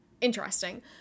interesting